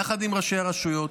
יחד עם ראשי רשויות.